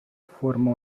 forma